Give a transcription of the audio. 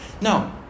No